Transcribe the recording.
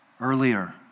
earlier